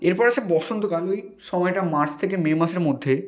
এরপর আসে বসন্তকাল ওই সময়টা মার্চ কে মে মাসের মধ্যে